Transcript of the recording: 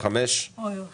עבור